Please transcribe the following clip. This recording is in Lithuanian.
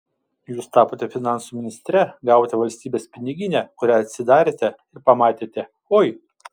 jūs tapote finansų ministre gavote valstybės piniginę kurią atsidarėte ir pamatėte oi